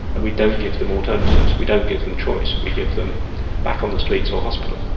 and we don't give them alternatives, we don't give them choice, we give them back on the streets or hospital.